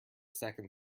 second